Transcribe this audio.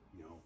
No